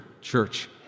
church